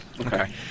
Okay